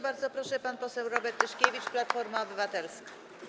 Bardzo proszę, pan poseł Robert Tyszkiewicz, Platforma Obywatelska.